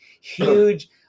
huge